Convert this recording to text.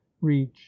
reach